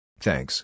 Thanks